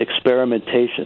experimentation